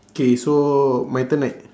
K so my turn right